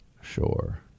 Sure